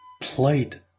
played